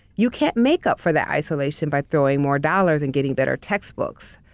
you can't make up for that isolation by throwing more dollars and getting better textbooks.